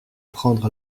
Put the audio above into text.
prendre